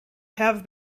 have